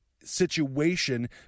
situation